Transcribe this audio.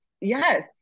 Yes